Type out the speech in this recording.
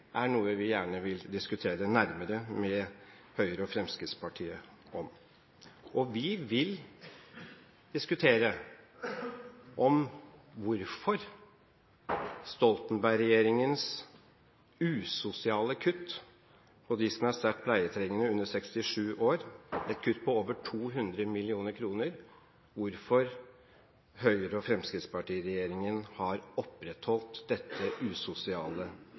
er noe vi gjerne vil diskutere nærmere med Høyre og Fremskrittspartiet. Vi vil diskutere hvorfor Høyre–Fremskrittsparti-regjeringen har opprettholdt Stoltenberg-regjeringens usosiale kutt i støtten til dem som er sterkt pleietrengende under 67 år, et kutt på over 200